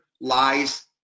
lies